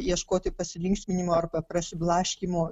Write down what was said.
ieškoti pasilinksminimo arba prasiblaškymo